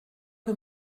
que